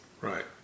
right